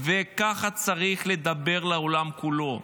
וככה צריך לדבר לעולם כולו.